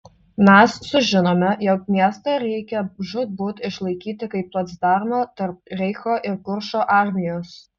mes sužinome jog miestą reikia žūtbūt išlaikyti kaip placdarmą tarp reicho ir kuršo armijos